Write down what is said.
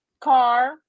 car